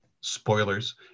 spoilers